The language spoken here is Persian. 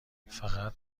فقط